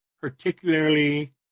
particularly